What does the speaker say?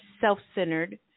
self-centered